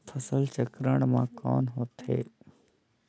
फसल चक्रण मा कौन होथे?